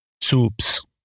soups